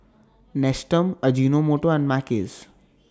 Nestum Ajinomoto and Mackays